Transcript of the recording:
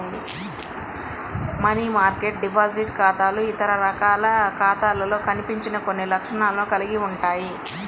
money market deposit ఖాతాలు ఇతర రకాల ఖాతాలలో కనిపించని కొన్ని లక్షణాలను కలిగి ఉంటాయి